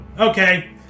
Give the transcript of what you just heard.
okay